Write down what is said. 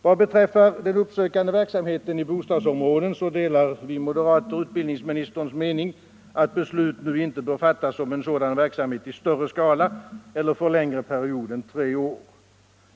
Vad beträffar den uppsökande verksamheten i bostadsområden delar vi moderater utbildningsministerns mening att beslut nu inte bör fattas om sådan verksamhet i större skala eller för längre period än tre år.